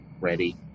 ready